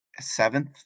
seventh